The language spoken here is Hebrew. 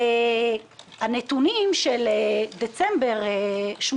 הנתונים של דצמבר 2018,